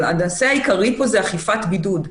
אבל הנושא העיקרי פה זה אכיפת בידוד.